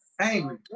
Angry